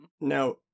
Now